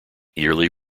yearly